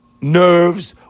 nerves